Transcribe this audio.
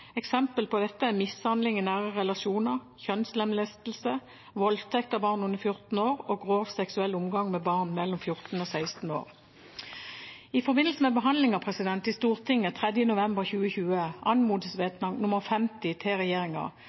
på dette er mishandling i nære relasjoner, kjønnslemlestelse, voldtekt av barn under 14 år og grov seksuell omgang med barn mellom 14 og 16 år. I forbindelse med behandlingen i Stortinget 3. november 2020, anmodningsvedtak nr. 50 til